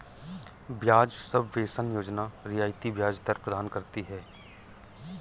ब्याज सबवेंशन योजना रियायती ब्याज दर प्रदान करती है